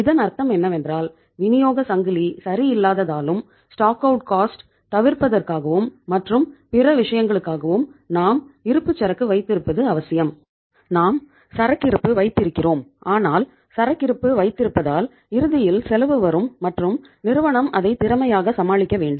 இதன் அர்த்தம் என்னவென்றால் விநியோக சங்கிலி சரியில்லாததாலும் ஸ்டாக் அவுட் காஸ்ட் தவிர்ப்பதற்காகவும் மற்றும் பிற விஷயங்களுக்காகவும் நாம் இருப்புச்சரக்கு வைத்திருப்பது அவசியம் நாம் சரக்கிருப்பு வைத்திருக்கிறோம் ஆனால் சரக்கிருப்பு வைத்திருப்பதால் இறுதியில் செலவு வரும் மற்றும் நிறுவனம் அதை திறமையாக சமாளிக்க வேண்டும்